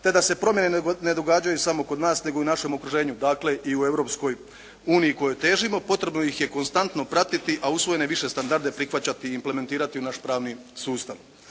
te da se promjene ne događaju samo kod nas nego i u našem okruženju, dakle i u Europskoj uniji kojoj težimo. Potrebno ih je konstantno pratiti, a usvojene više standarde prihvaćati i implementirati u naš pravni sustav.